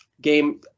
game